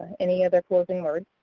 any other closing words?